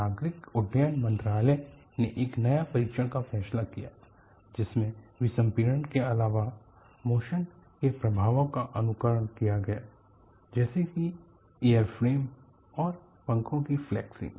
नागरिक उड्डयन मंत्रालय ने एक नए परीक्षण का फैसला किया जिसमें विसंपिडन के अलावा मोशन के प्रभावों का अनुकरण किया गया जैसे कि एयरफ्रेम और पंखों की फ्लेक्सिंग